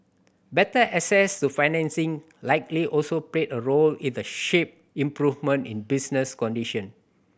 better access to financing likely also played a role in the shape improvement in business condition